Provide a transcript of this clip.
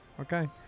Okay